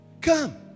Come